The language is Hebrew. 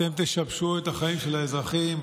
אתם תשבשו את החיים של האזרחים,